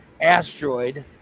asteroid